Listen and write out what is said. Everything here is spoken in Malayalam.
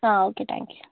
ആ ഓക്കേ ടാങ്ക് യൂ